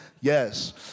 Yes